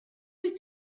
wyt